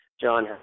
John